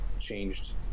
changed